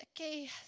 Okay